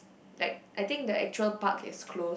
like I think the actual park is closed